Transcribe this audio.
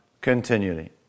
continually